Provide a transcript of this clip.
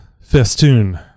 festoon